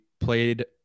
played